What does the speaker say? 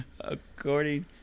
According